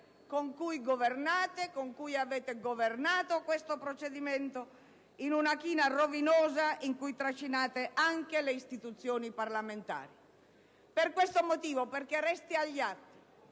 con cui governate, con cui avete governato questo procedimento in una china rovinosa in cui trascinate anche le istituzioni parlamentari. Per questo motivo, esprimiamo il